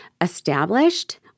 established